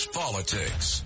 politics